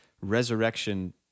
resurrection